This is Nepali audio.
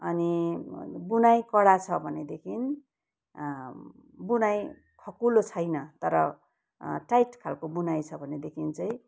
अनि बुनाइ कडा छ भनेदेखि बुनाइ खकुलो छैन तर टाइट खालको बुनाइ छ भनेदेखि चाहिँ